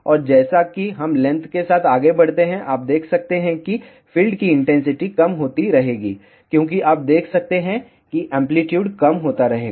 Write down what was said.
और जैसा कि हम लेंथ के साथ आगे बढ़ते हैं आप देख सकते हैं कि फील्ड की इंटेंसिटी कम होती रहेगी क्योंकि आप देख सकते हैं कि एंप्लीट्यूड कम होता रहेगा